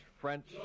French